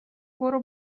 برو